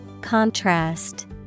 Contrast